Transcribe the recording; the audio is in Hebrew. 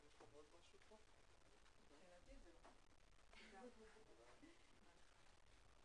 הישיבה ננעלה בשעה 13:17.